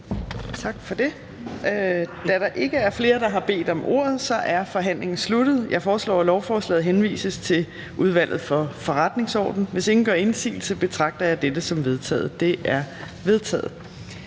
Tak for det. Da der ikke er flere, der har bedt om ordet, er forhandlingen sluttet. Jeg foreslår, at lovforslaget henvises til Udvalget for Forretningsordenen. Hvis ingen gør indsigelse, betragter jeg dette som vedtaget. Det er vedtaget.